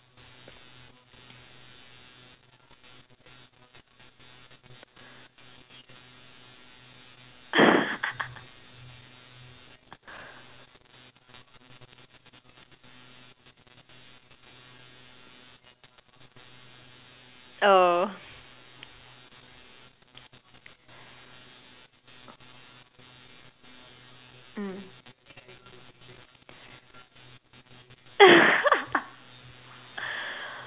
oh mm